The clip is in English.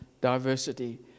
diversity